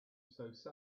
safe